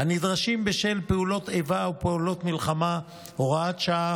הנדרשים בשל פעולות האיבה או פעולות מלחמה (הוראת שעה,